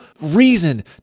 reason